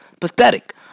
Pathetic